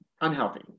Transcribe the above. unhealthy